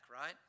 right